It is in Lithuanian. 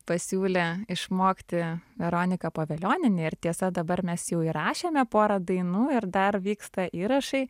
pasiūlė išmokti veronika povilionienė ir tiesa dabar mes jau įrašėme porą dainų ir dar vyksta įrašai